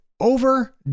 over